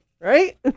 Right